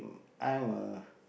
I'm a